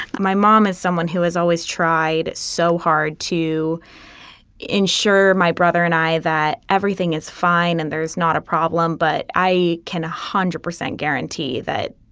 my mom is someone who has always tried so hard to ensure my brother and i that everything is fine and there is not a problem. but i can one hundred percent guarantee that,